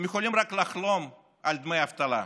יכולים רק לחלום על דמי אבטלה.